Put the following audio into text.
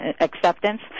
acceptance